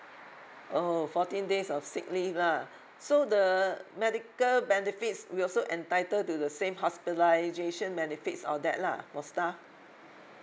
oh fourteen days of sick leave lah so the medical benefits we also entitled to the same hospitalisation benefits all that lah for staff